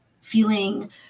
feeling